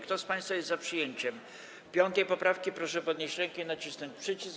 Kto z państwa jest za przyjęciem 5. poprawki, proszę podnieść rękę i nacisnąć przycisk.